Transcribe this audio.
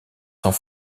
sans